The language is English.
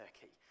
Turkey